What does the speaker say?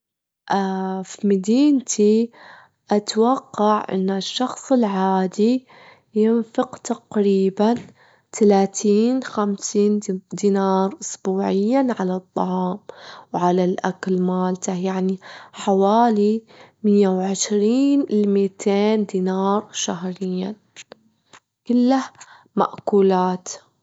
في مدينتي أتوقع أن الشخص العادي ينفق تقريبًا تلاتين خمسين دينار أسبوعيًا على الطعام، وعلى الأكل مالته، يعني حوالي مية وعشرين لميتين دينار شهريًا كلها مأكولات.